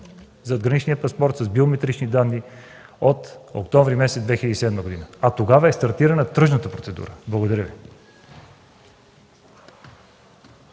задграничния паспорт с биометричните данни от октомври 2007 г., а тогава е стартирана тръжната процедура. Благодаря.